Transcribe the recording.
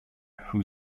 who